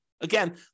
Again